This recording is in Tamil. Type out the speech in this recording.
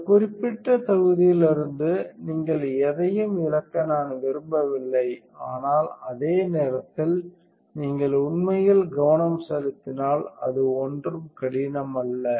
இந்த குறிப்பிட்ட தொகுதியிலிருந்து நீங்கள் எதையும் இழக்க நான் விரும்பவில்லை ஆனால் அதே நேரத்தில் நீங்கள் உண்மையில் கவனம் செலுத்தினால் அது ஒன்றும் கடினம் அல்ல